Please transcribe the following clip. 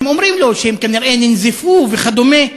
הם אומרים לו שהם כנראה ננזפו וכדומה.